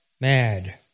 mad